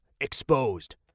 Exposed